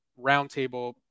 roundtable